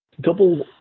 double